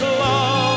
love